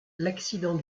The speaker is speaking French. l’accident